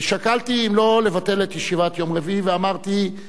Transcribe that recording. שקלתי לא לבטל את ישיבת יום רביעי ואמרתי,